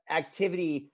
activity